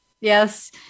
Yes